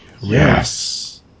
Yes